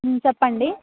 చెప్పండి